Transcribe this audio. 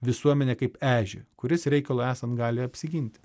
visuomenę kaip ežį kuris reikalui esant gali apsiginti